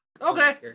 Okay